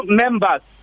members